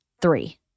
three